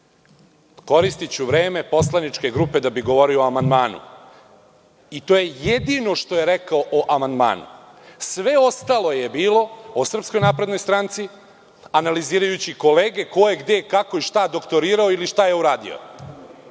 „Koristiću vreme poslaničke grupe da bih govorio o amandmanu“. To je jedino što je rekao o amandmanu. Sve ostalo je bilo o Srpskoj naprednoj stranci, analizirajući kolege ko je gde, kako i šta doktorirao ili šta je uradio. Ako